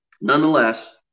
nonetheless